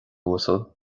uasal